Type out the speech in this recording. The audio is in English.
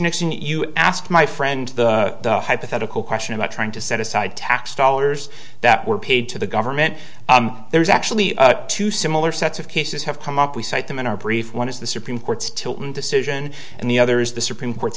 nixon you asked my friend the hypothetical question about trying to set aside tax dollars that were paid to the government there's actually two similar sets of cases have come up we cite them in our brief one is the supreme court's tilton decision and the other is the supreme court's